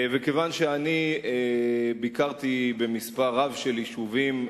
כיוון שאני ביקרתי במספר רב של יישובים,